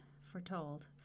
foretold